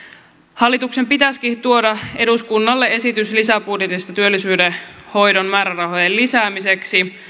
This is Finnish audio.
hallituksen pitäisikin tuoda eduskunnalle esitys lisäbudjetista työllisyyden hoidon määrärahojen lisäämiseksi